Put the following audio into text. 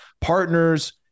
partners